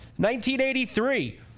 1983